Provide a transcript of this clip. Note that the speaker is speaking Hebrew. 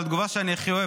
אבל התגובה שאני הכי אוהב,